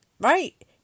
Right